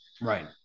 Right